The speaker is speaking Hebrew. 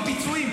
בפיצויים,